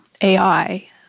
AI